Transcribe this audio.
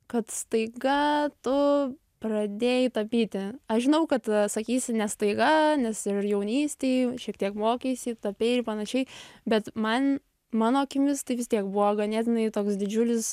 kad staiga tu pradėjai tapyti aš žinau kad sakysi ne staiga nes ir jaunystėj šiek tiek mokeisi tapei ir panašiai bet man mano akimis tai vis tiek buvo ganėtinai toks didžiulis